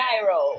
gyro